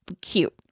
cute